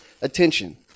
attention